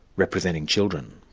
representing children.